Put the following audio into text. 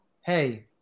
Hey